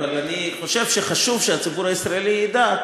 אבל אני חושב שחשוב שהציבור הישראלי ידע.